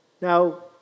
Now